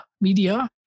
media